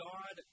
God